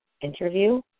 interview